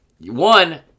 one